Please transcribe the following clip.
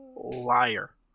Liar